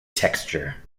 texture